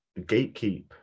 gatekeep